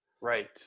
Right